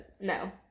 No